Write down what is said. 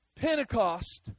pentecost